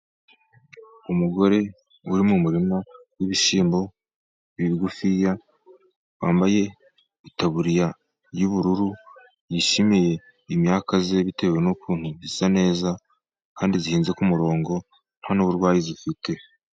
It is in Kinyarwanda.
Umugore uri mu murima w'ibishyimbo bigufiya, wambaye itaburiya y'ubururu, yishimiye imyaka ye bitewe n'ukuntu isa neza, kandi ihinze ku murongo nta n'uburwayi ifite.